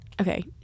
okay